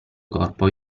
corpo